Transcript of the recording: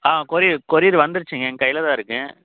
ஆ courier courier வந்துருச்சுங்க என் கையில தான் இருக்கு